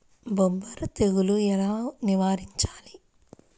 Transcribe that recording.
బొబ్బర తెగులు ఎలా నివారించాలి?